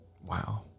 Wow